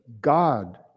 God